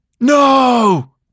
no